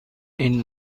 این